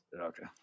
Okay